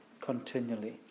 continually